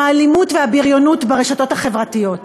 עם האלימות והבריונות ברשתות החברתיות.